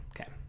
Okay